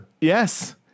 Yes